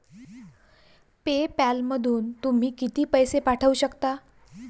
पे पॅलमधून तुम्ही किती पैसे पाठवू शकता?